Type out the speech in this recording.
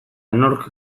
nork